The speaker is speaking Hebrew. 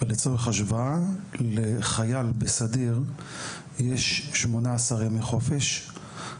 לצורך השוואה לחייל בסדיר יש 18 ימי חופשה,